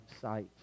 sight